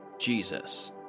Jesus